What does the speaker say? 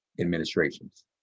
administrations